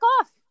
off